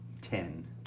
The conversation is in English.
Ten